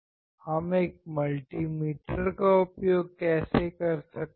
हम एक मल्टीमीटर का उपयोग कैसे कर सकते हैं